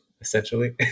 essentially